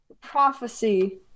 prophecy